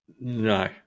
No